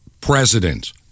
president